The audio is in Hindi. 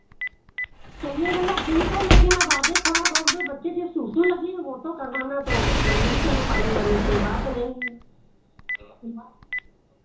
चलिए भैया ठीक है लेकिन अब आगे थोड़ा रोक दो बच्चे के सु सु लगी है वो तो करवाना तो ज़रूरी चलो पानी वानी कोई बात नही